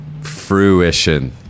Fruition